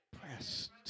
pressed